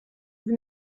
vous